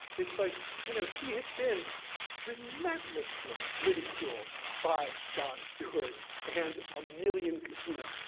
it's like you know, he had been relentlessly ridiculed by jon stewart, and a million, you know,